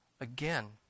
again